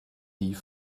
die